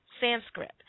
Sanskrit